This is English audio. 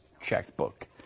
checkbook